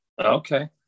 Okay